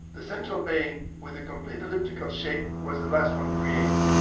the central bay with the complete elliptical shape was the last one created.